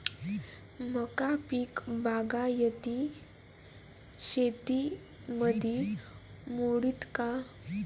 मका पीक बागायती शेतीमंदी मोडीन का?